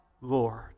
Lord